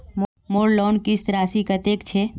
मोर लोन किस्त राशि कतेक छे?